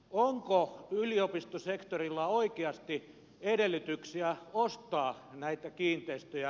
onko yliopistosektorilla oikeasti edellytyksiä ostaa näitä kiinteistöjä